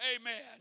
Amen